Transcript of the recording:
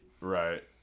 Right